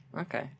okay